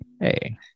Hey